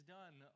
done